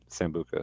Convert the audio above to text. sambuca